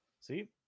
See